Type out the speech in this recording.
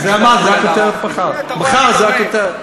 לכן אמרתי: מחר זו הכותרת.